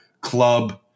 club